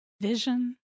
vision